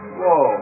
whoa